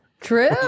True